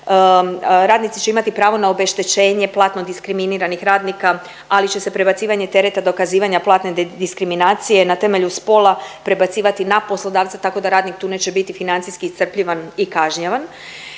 Radnici će imati pravo na obeštećenje platno diskriminiranih radnika, ali će prebacivanje tereta i dokazivanja platne diskriminacije na temelju spola prebacivati na poslodavce tako da radnik tu neće biti financijski iscrpljivan i kažnjavan.